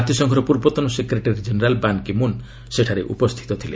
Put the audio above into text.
ଜାତିସଂଘର ପୂର୍ବତନ secretary general Ban Ki Moon ସେଠାରେ ଉପସ୍ଥିତ ଥିଲେ